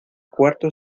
cuarto